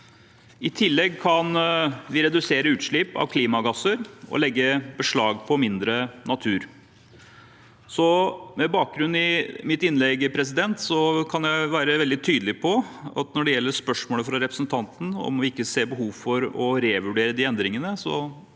I tillegg kan vi redusere utslipp av klimagasser og legge beslag på mindre natur. Med bakgrunn i mitt innlegg kan jeg være veldig tydelig på at når det gjelder spørsmålet fra representanten om vi ikke ser behov for å revurdere de endringene,